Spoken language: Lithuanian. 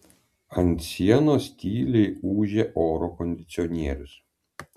ant sienos tyliai ūžė oro kondicionierius